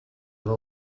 i’ve